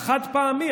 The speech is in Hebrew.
החד-פעמי,